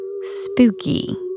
Spooky